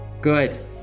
Good